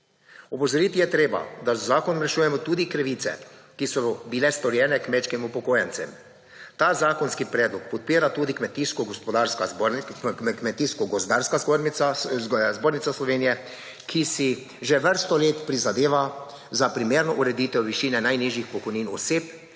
Opozoriti je treba, da z zakonom rešujemo tudi krivice, ki so bile storjene kmečkim upokojencem. Ta zakonski predlog podpira tudi Kmetijsko gozdarska zbornica Slovenije, ki si že vrsto let prizadeva za primerno ureditev višine najnižjih pokojnin oseb,